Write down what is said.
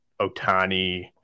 Otani